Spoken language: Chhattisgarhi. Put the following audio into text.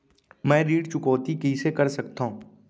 मैं ऋण चुकौती कइसे कर सकथव?